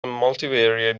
multivariate